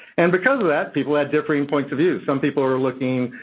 and because of that, people have differing points of view. some people are looking,